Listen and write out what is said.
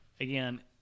again